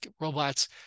robots